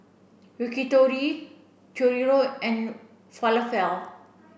Yakitori Chorizo and Falafel